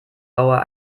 bauer